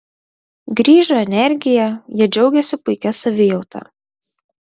grįžo energija jie džiaugėsi puikia savijauta